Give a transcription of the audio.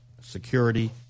security